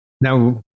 Now